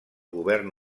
govern